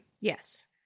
Yes